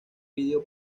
pidió